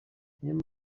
niyo